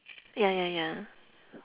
ya ya ya